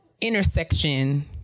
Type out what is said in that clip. intersection